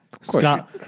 Scott